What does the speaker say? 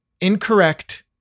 incorrect